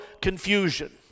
confusion